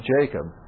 Jacob